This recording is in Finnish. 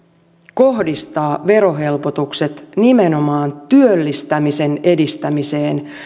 kohdistaa verohelpotukset nimenomaan työllistämisen edistämiseen